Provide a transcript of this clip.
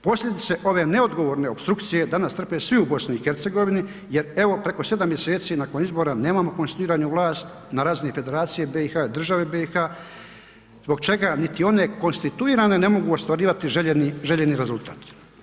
Posljedice ove neodgovorne opstrukcije danas trpe svi u BiH jer evo preko 7 mjeseci nakon izbora nemamo konstituiranu vlast na razini Federacije BiH, države BiH zbog čega niti one konstituirane ne mogu ostvarivati željeni rezultat.